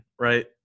right